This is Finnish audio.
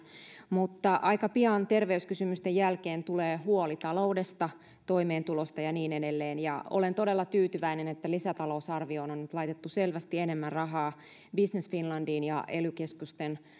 mutta aika pian terveyskysymysten jälkeen tulee huoli taloudesta toimeentulosta ja niin edelleen ja olen todella tyytyväinen että lisätalousarvioon on on nyt laitettu selvästi enemmän rahaa business finlandiin ja ely keskusten